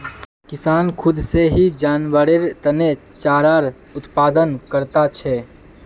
किसान खुद से ही जानवरेर तने चारार उत्पादन करता छे